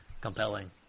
Compelling